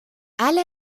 alle